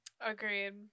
Agreed